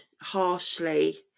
harshly